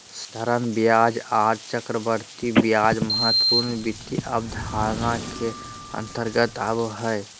साधारण ब्याज आर चक्रवृद्धि ब्याज महत्वपूर्ण वित्त अवधारणा के अंतर्गत आबो हय